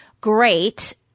great –